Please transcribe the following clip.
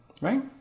right